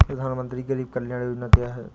प्रधानमंत्री गरीब कल्याण योजना क्या है?